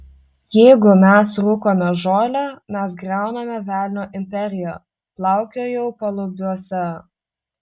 jeigu mes rūkome žolę mes griauname velnio imperiją plaukiojau palubiuose